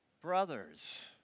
brothers